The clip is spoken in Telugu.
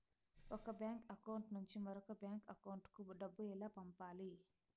ఒక బ్యాంకు అకౌంట్ నుంచి మరొక బ్యాంకు అకౌంట్ కు డబ్బు ఎలా పంపాలి